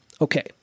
Okay